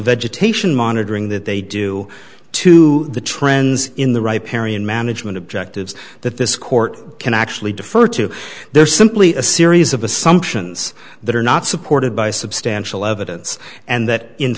vegetation monitoring that they do to the trends in the ripe arion management objectives that this court can actually defer to their is simply a series of assumptions that are not supported by substantial evidence and that in